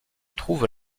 trouve